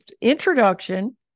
introduction